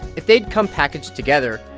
if they'd come packaged together,